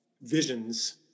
visions